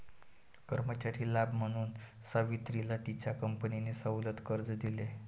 कर्मचारी लाभ म्हणून सावित्रीला तिच्या कंपनीने सवलत कर्ज दिले